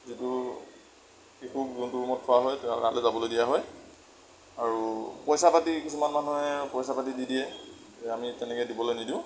যিটো শিশুক যিটো ৰূমত থোৱা হয় তেওঁক তালৈ যাবলে দিয়া হয় আৰু পইচা পাতি কিছুমান মানুহে পইচা পাতি দি দিয়ে আমি তেনেকৈ দিবলৈ নিদিওঁ